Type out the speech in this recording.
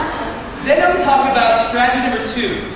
um talk about strategy number two,